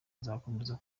agakomeza